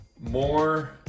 more